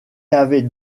avait